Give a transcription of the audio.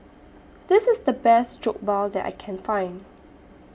This IS The Best Jokbal that I Can Find